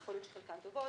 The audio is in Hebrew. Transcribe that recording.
יכול להיות שחלקן טובות,